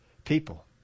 people